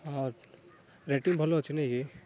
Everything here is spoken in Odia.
ହଁ ରେଟିଂ ଭଲ ଅଛି ନାହିଁ କି